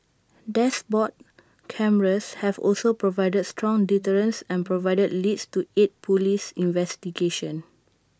dashboard cameras have also provided strong deterrence and provided leads to aid Police investigations